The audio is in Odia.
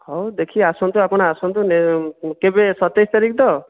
ହଉ ଦେଖି ଆସନ୍ତୁ ଆପଣ ଆସନ୍ତୁ କେବେ ସତେଇଶ ତାରିଖ ତ